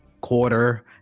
quarter